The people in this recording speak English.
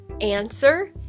Answer